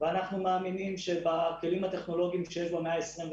ואנחנו מאמינים שבכלים הטכנולוגיים שיש במאה ה-21